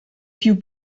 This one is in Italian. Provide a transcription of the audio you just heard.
più